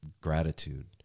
gratitude